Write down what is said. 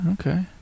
okay